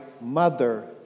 mother